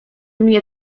mnie